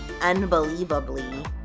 Unbelievably